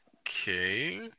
Okay